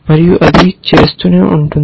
మరియు అది చేస్తూనే ఉంటుంది